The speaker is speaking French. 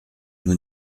nous